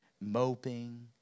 moping